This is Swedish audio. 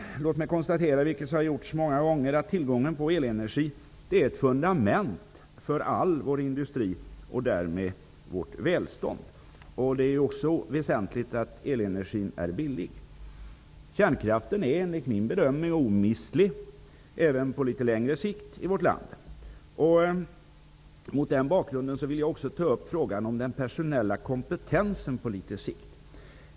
Låt mig konstatera, vilket har gjorts många gånger, att tillgången på elenergi är ett fundament för all vår industri och därmed vårt välstånd. Det är också väsentligt att elenergin är billig. Kärnkraften är omistlig, enligt min bedömning, även på längre sikt i vårt land. Mot den bakgrunden vill jag också ta upp frågan om den personella kompetensen på sikt.